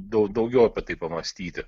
daug daugiau apie tai pamąstyti